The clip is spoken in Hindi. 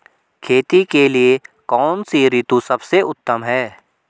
खेती के लिए कौन सी ऋतु सबसे उत्तम है?